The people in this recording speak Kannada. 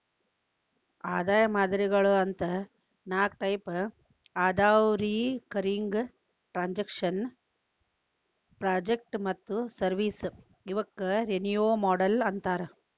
ಆದಾಯ ಮಾದರಿಗಳು ಅಂತ ನಾಕ್ ಟೈಪ್ ಅದಾವ ರಿಕರಿಂಗ್ ಟ್ರಾಂಜೆಕ್ಷನ್ ಪ್ರಾಜೆಕ್ಟ್ ಮತ್ತ ಸರ್ವಿಸ್ ಇವಕ್ಕ ರೆವೆನ್ಯೂ ಮಾಡೆಲ್ ಅಂತಾರ